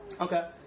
Okay